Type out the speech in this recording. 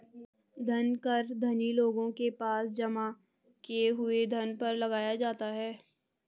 धन कर धनी लोगों के पास जमा किए हुए धन पर लगाया जाता है